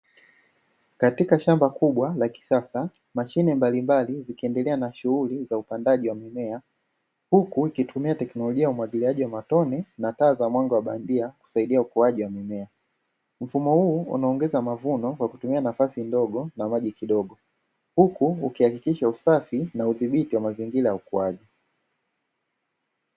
Katika shamba kubwa la kisasa mashine mbalimbali zikiendelea na shughuli za upandaji wa mimea. Huku ikitumia teknolojia ya umwagiliaji wa matone na taa za mwanga wa bandia kusaidia ukuaji wa mimea Mfumo huu unaongeza mavuno kwa kutumia nafasi ndogo na maji kidogo Huku ukihakikisha usafi na udhibiti wa mazingira ya ukuaji.